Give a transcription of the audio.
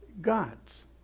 gods